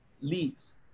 leads